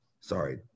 Sorry